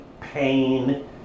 pain